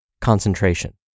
concentration